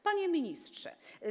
Panie Ministrze!